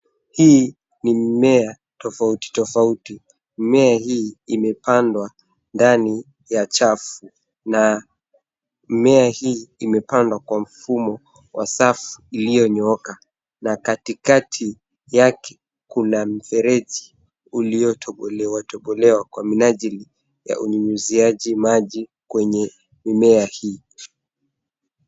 Hii ni mimea tofauti tofauti. Mimea hii imependwa ndani ya chafu na mimea hii imependwa kwa mfumo wa safu ilionyooka na katikati yake kuna mfereji uliotobolewa tobolewa kwa minajili ya unyunyuziaji maji kwenye mimea hii.